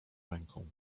ręką